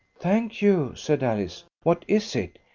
thank you, said alice. what is it?